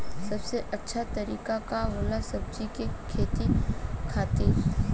सबसे अच्छा तरीका का होला सब्जी के खेती खातिर?